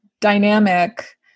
dynamic